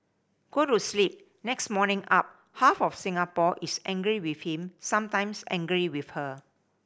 go to sleep next morning up half of Singapore is angry with him sometimes angry with her